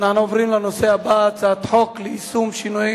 אנחנו עוברים לנושא הבא: הצעת חוק ליישום שינוי